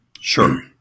Sure